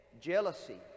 jealousy